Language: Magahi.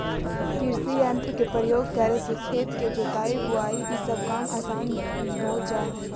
कृषियंत्र के प्रयोग करे से खेत के जोताई, बोआई सब काम असान हो जा हई